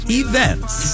events